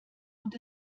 und